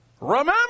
Remember